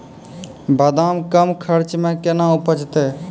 बादाम कम खर्च मे कैना उपजते?